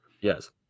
Yes